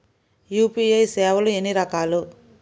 UPI సేవలు ఎన్నిరకాలు?